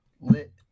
Lit